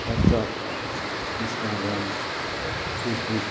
WhatsApp Instagram Facebook